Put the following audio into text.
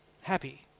happy